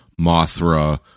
Mothra